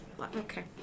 Okay